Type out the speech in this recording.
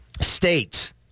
states